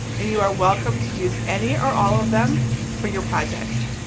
and you are welcome to use any or all of them for your projects.